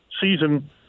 season